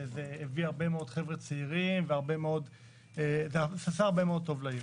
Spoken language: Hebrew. וזה הביא הרבה מאוד חבר'ה צעירים ועשה הרבה מאוד טוב לעיר.